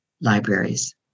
libraries